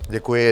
Děkuji.